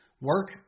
Work